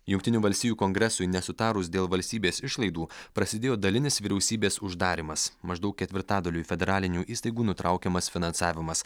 jungtinių valstijų kongresui nesutarus dėl valstybės išlaidų prasidėjo dalinis vyriausybės uždarymas maždaug ketvirtadaliui federalinių įstaigų nutraukiamas finansavimas